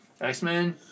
X-Men